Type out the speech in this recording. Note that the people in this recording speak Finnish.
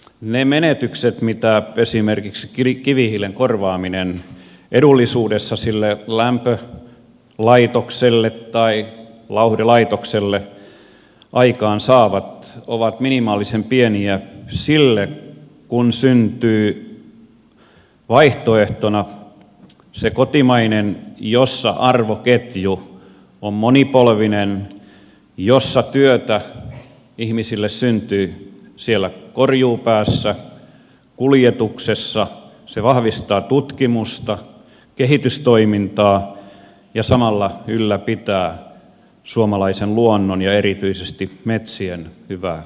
ne menetykset edullisuudessa mitä esimerkiksi kivihiilen korvaaminen sille lämpölaitokselle tai lauhdelaitokselle aikaansaa ovat minimaalisen pieniä sen rinnalla kun syntyy vaihtoehtona se kotimainen jossa arvoketju on monipolvinen jossa työtä ihmisille syntyy siellä korjuupäässä kuljetuksessa joka vahvistaa tutkimusta kehitystoimintaa ja samalla ylläpitää suomalaisen luonnon ja erityisesti metsien hyvää terveydentilaa